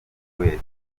wese